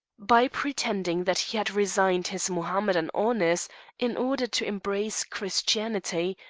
by pretending that he had resigned his mohammedan honours in order to embrace christianity,